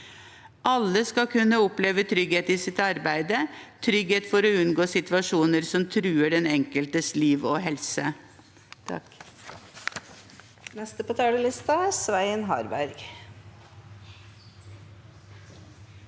Alle skal kunne oppleve trygghet i sitt arbeid, trygghet for å unngå situasjoner som truer den enkeltes liv og helse.